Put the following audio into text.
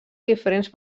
diferents